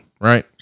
Right